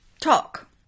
talk